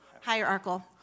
hierarchical